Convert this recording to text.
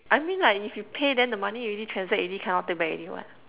I mean like if you pay then the money already transact already cannot take back already [what]